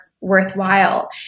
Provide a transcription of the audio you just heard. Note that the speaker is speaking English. worthwhile